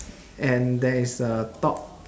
and there is a thought